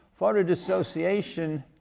Photodissociation